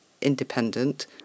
independent